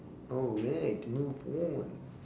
oh next move on